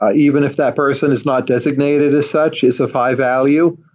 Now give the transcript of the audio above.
ah even if that person is not designated as such is of high-value.